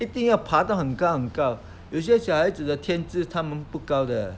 一定要爬到很高很高有些小孩子的天资他们不高的